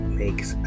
makes